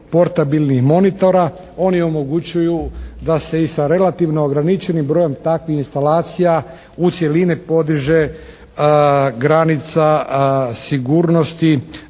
portabilnih monitora oni omogućuju da se i sa relativno ograničenim brojem takvih instalacija u cjeline podiže granica sigurnosti